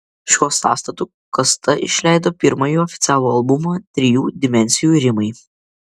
šiuo sąstatu kasta išleido pirmąjį oficialų albumą trijų dimensijų rimai